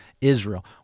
Israel